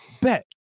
bet